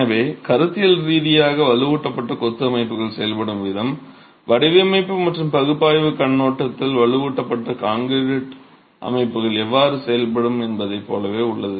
எனவே கருத்தியல் ரீதியாக வலுவூட்டப்பட்ட கொத்து அமைப்புகள் செயல்படும் விதம் வடிவமைப்பு மற்றும் பகுப்பாய்வுக் கண்ணோட்டத்தில் வலுவூட்டப்பட்ட கான்கிரீட் அமைப்புகள் எவ்வாறு செயல்படும் என்பதைப் போலவே உள்ளது